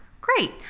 great